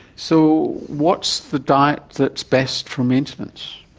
so what's the diet that is best for maintenance?